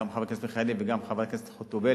גם חבר הכנסת מיכאלי וגם חברת הכנסת חוטובלי,